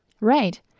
Right